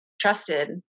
trusted